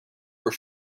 were